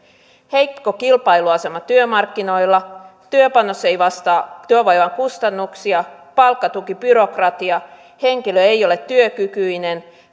heikko kilpailuasema työmarkkinoilla työpanos ei vastaa työvoiman kustannuksia palkkatukibyrokratia henkilö ei ole työkykyinen